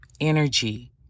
energy